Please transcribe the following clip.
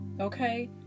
Okay